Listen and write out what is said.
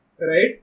Right